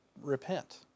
repent